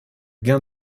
gain